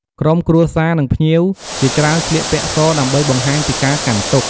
ក្រុមគ្រួសារ និងភ្ញៀវជាច្រើនស្លៀកពាក់ស ដើម្បីបង្ហាញពីការកាន់ទុក្ខ។